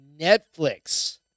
Netflix